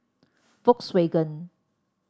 Volkswagen